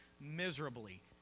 Miserably